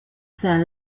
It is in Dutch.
zijn